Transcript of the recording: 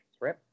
right